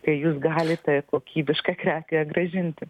tai jūs galite kokybišką prekę grąžinti